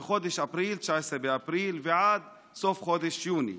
מ-19 באפריל ועד סוף חודש יוני,